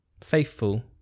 faithful